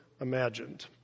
imagined